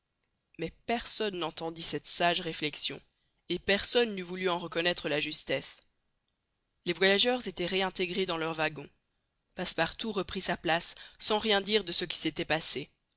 mais personne n'entendit cette sage réflexion et personne n'eût voulu en reconnaître la justesse les voyageurs étaient réintégrés dans leur wagon passepartout reprit sa place sans rien dire de ce qui s'était passé